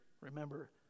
remember